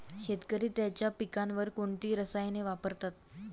शेतकरी त्यांच्या पिकांवर कोणती रसायने वापरतात?